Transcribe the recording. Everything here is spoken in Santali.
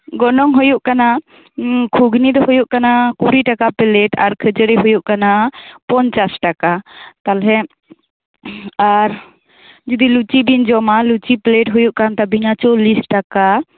ᱜᱚᱱᱚᱝ ᱦᱩᱭᱩᱜ ᱠᱟᱱᱟ ᱩᱸ ᱜᱷᱩᱜᱽᱱᱤ ᱫᱚ ᱦᱩᱭᱩᱜ ᱠᱟᱱᱟ ᱠᱩᱲᱤ ᱴᱟᱠᱟ ᱯᱞᱮᱴ ᱟᱨ ᱠᱷᱟ ᱡᱟ ᱲᱤ ᱦᱩᱭᱩᱜ ᱠᱟᱱᱟ ᱯᱚᱸᱧᱪᱟᱥ ᱴᱟᱠᱟ ᱛᱟᱞᱦᱮ ᱟᱨ ᱡᱩᱫᱤ ᱞᱩᱪᱤ ᱵᱤᱱ ᱡᱚᱢᱟ ᱞᱩᱪᱤ ᱯᱞᱮᱴ ᱦᱩᱭᱩᱜ ᱠᱟᱱ ᱛᱟᱵᱤᱱᱟ ᱪᱚᱞᱞᱤᱥ ᱴᱟᱠᱟ